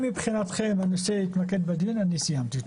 אם מבחינתכם הנושא יתמקד בדיון אני סיימתי.